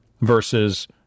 versus